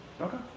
okay